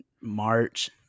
March